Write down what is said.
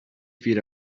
feet